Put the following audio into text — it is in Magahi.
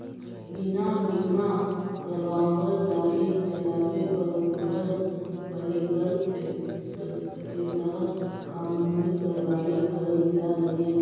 बिना बीमा करावाल गाड़ी चलावे पर मोटर व्हीकल एक्ट के तहत कानूनी कार्रवाई करल जा हई